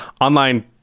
online